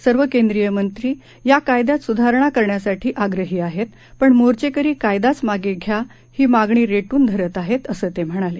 सर्व केंद्रीय मंत्री या कायदयात सुधारणा करण्यासाठी आग्रही आहेत पण मोर्चेकरी कायदाच मागे घ्या ही मागणी रेटून धरत आहेत असं ते म्हणाले